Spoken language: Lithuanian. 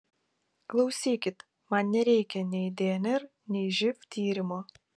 klausykit man nereikia nei dnr nei živ tyrimo